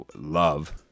love